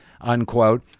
unquote